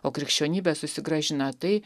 o krikščionybė susigrąžina tai